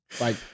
Like-